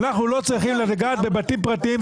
אנחנו לא צריכים לגעת בבתים פרטיים,